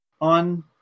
on